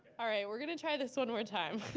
alright we're going to try this one more time.